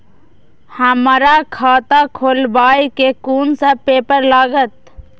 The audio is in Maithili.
हमरा खाता खोलाबई में कुन सब पेपर लागत?